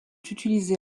utilisés